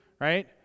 right